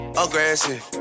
aggressive